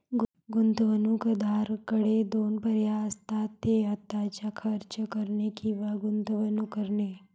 गुंतवणूकदाराकडे दोन पर्याय असतात, ते आत्ताच खर्च करणे किंवा गुंतवणूक करणे